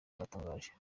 batangaza